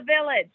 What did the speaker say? village